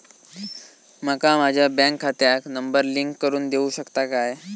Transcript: माका माझ्या बँक खात्याक नंबर लिंक करून देऊ शकता काय?